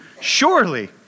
surely